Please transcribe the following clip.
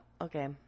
Okay